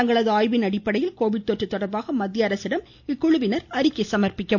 தங்களது ஆய்வின் அடிப்படையில் கோவிட் தொற்று தொடா்பாக மத்திய அரசிடம் இக்குழுவினர் அறிக்கை சமர்ப்பிக்க உள்ளனர்